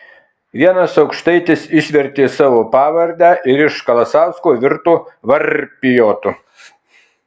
vienas aukštaitis išvertė savo pavardę ir iš kalasausko virto varpiotu